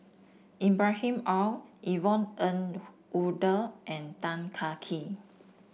Ibrahim Awang Yvonne Ng Uhde and Tan Kah Kee